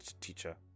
teacher